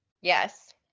Yes